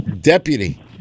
deputy